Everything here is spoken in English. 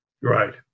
Right